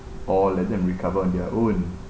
or let them recover on their own